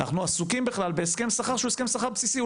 אנחנו עסוקים בכלל שהסכם שכר שהוא הסכם שכר בסיסי.